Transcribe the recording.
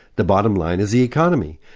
the bottom line is the economy.